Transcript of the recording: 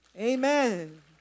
Amen